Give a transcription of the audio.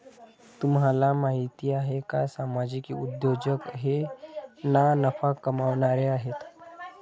तुम्हाला माहिती आहे का सामाजिक उद्योजक हे ना नफा कमावणारे आहेत